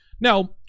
Now